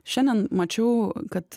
šiandien mačiau kad